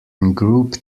group